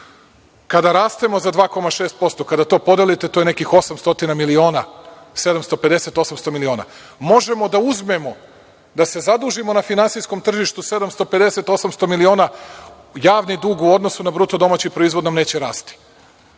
Kada rastemo za 2,6%, kada to podelite, to je nekih 800 miliona, 750-800 miliona, možemo da uzmemo, da se zadužimo na finansijskom tržištu 750, 800 miliona, javni dug u odnosu na BDP nam neće rasti. Dakle,